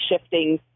shifting